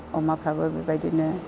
अमाफ्राबो बेबायदिनो